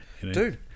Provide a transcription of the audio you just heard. Dude